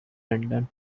london